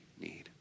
need